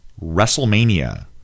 WrestleMania